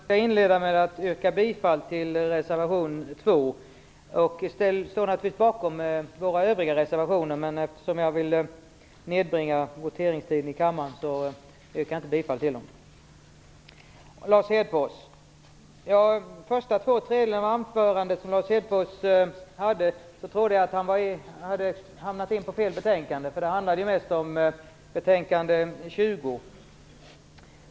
Fru talman! Jag skall inleda med att yrka bifall till reservation nr 2. Vi står naturligtvis bakom våra övriga reservationer, men eftersom jag vill nedbringa voteringstiden i kammaren yrkar jag inte bifall till dem. Under de första två tredjedelarna av Lars Hedfors anförande trodde jag att han hade kommit in på fel betänkande, för det han sade handlade mest om betänkande 20.